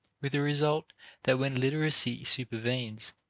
with the result that when literacy supervenes,